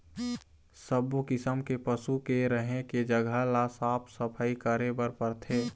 सब्बो किसम के पशु के रहें के जघा ल साफ सफई करे बर परथे